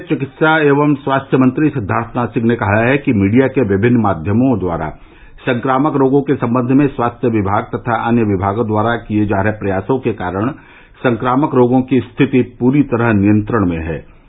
प्रदेष के चिकित्सा एवं स्वास्थ्य मंत्री सिद्वार्थनाथ सिंह ने कहा है कि मीडिया के विभिन्न माध्यमों द्वारा संक्रामक रोगों के सम्बंध में स्वास्थ्य विभाग तथा अन्य विभागों द्वारा किए जा रहे प्रयासो के कारण संक्रामक रोगों की स्थिति पूरी तरह नियंत्रण में है